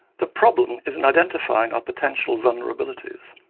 the problem is in identifying our potential vulnerabilities.